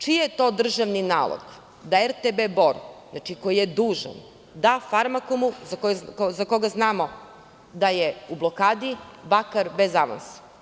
Čiji je to državni nalog, da RTB Bor, znači, koji je dužan, da "Farmakomu", za koga znamo da je u blokadi, bakar bez avansa?